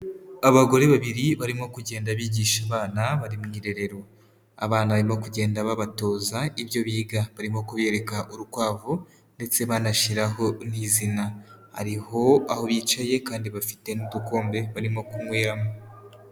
Abagore babiri barimo kugenda bigisha abana bari mu irerero, abana barimo kugenda babatoza ibyo biga barimo kubereka urukwavu ndetse banashyiraho n'izina, hariho aho bicaye kandi bafite n'udukombe barimo kunyweramo.